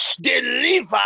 deliver